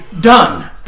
done